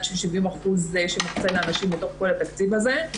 של 70% שמוקצה לנשים בתוך כל התקציב הזה.